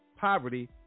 poverty